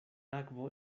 akvo